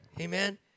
Amen